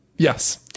Yes